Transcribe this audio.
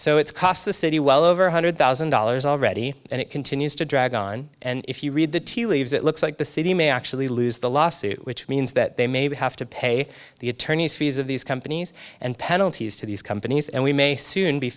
so it's cost the city well over one hundred thousand dollars already and it continues to drag on and if you read the tea leaves it looks like the city may actually lose the lawsuit which means that they may have to pay the attorneys fees of these companies and penalties to these companies and we may soon be